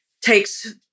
takes